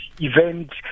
event